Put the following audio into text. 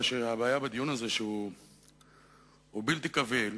הבעיה בדיון הזה היא שהוא בלתי קביל,